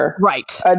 Right